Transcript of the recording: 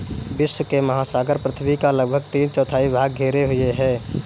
विश्व के महासागर पृथ्वी का लगभग तीन चौथाई भाग घेरे हुए हैं